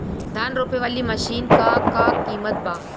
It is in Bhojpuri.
धान रोपे वाली मशीन क का कीमत बा?